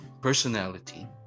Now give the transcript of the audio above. personality